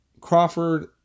crawford